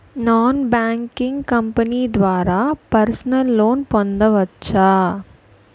Non banking company ద్వారా personal loan పొందవచ్చా?